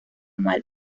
mal